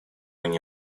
они